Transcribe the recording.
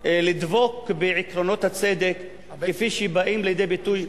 לדבוק בעקרונות הצדק כפי שהם באים לידי ביטוי,